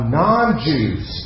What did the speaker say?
non-Jews